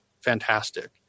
fantastic